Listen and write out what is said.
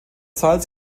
salz